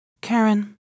Karen